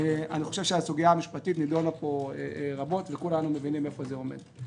הסוגיה המשפטית נידונה פה רבות וכולנו מבינים איפה זה עומד.